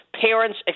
parents